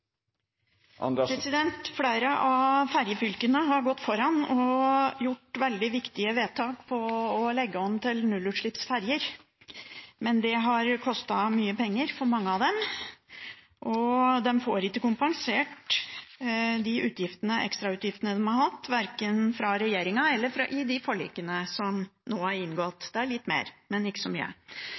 Flere av ferjefylkene har gått foran og gjort veldig viktige vedtak om å legge om til nullutslippsferjer. Men det har kostet mye penger for mange av dem, og de får ikke kompensert de ekstrautgiftene de har hatt, verken fra regjeringen eller i de forlikene som nå er inngått – det er litt mer, men ikke så mye.